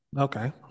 Okay